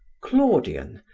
claudian,